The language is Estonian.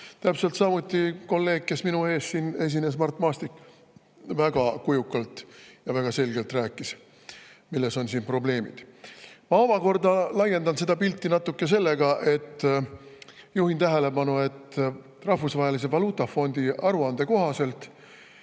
Täpselt samuti kolleeg, kes enne mind siin esines, Mart Maastik, rääkis väga kujukalt ja väga selgelt, milles on probleemid. Ma omakorda laiendan seda pilti natuke sellega, et juhin tähelepanu, et Rahvusvahelise Valuutafondi aruande kohaselt